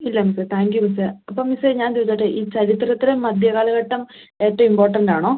ഇല്ല മിസ്സെ thank you മിസ്സെ അപ്പം മിസ്സെ ഞാൻ ഒന്ന് ചോദിച്ചോട്ടെ ഈ ചരിത്രത്തിലെ മധ്യ കാലഘട്ടം ഏറ്റോം ഇമ്പോട്ടൻറ്റാണോ